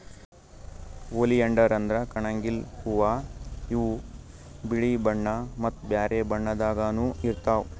oleander ಅಂದ್ರ ಕಣಗಿಲ್ ಹೂವಾ ಇವ್ ಬಿಳಿ ಬಣ್ಣಾ ಮತ್ತ್ ಬ್ಯಾರೆ ಬಣ್ಣದಾಗನೂ ಇರ್ತವ್